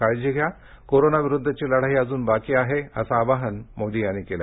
काळजी घ्या कोरोना विरुद्धची लढाई अजून बाकी आहे असं आवाहन मोदी यांनी यावेळी केलं